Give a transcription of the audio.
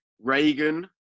Reagan